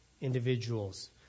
individuals